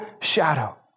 shadow